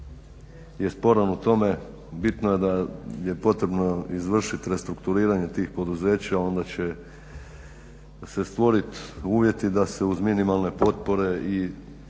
je sporan u tome. Bitno je da je potrebno izvršit restrukturiranje tih poduzeća, onda će se stvorit uvjeti da se uz minimalne potpore i uz